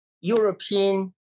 European